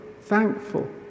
thankful